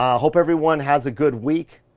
ah hope everyone has a good week.